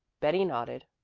betty nodded.